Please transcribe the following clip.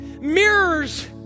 mirrors